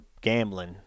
gambling